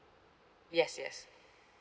yes yes